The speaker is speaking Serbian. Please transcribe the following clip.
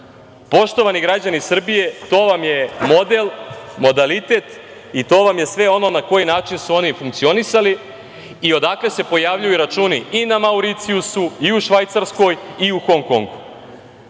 evra. Poštovani građani Srbije, to vam je model, modalitet i sve ono na koji način su oni funkcionisali i odakle se pojavljuju računi i na Mauricijusu i u Švajcarskoj i u Hongkongu. Vidim